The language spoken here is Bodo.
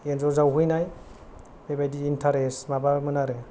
एन्जर जावहैनाय बेबायदि इन्टारेस्ट माबामोन आरो